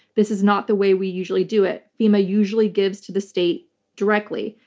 this is not the way we usually do it. fema usually gives to the state directly.